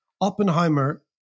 Oppenheimer